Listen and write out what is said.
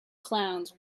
clowns